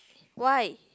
why